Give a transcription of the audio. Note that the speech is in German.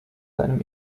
seinem